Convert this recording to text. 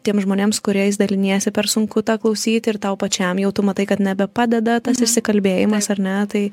tiem žmonėms su kuriais daliniesi per sunku tą klausyti ir tau pačiam jau tu matai kad nebepadeda tas išsikalbėjimas ar ne tai